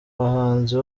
bahanzi